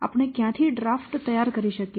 આપણે ક્યાંથી ડ્રાફ્ટ તૈયાર કરી શકીએ